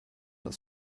das